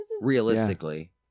Realistically